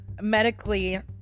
medically